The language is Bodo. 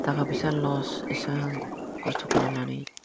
थाखा फैसा लस एसेबां खस्थ' खालामनानै